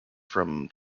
from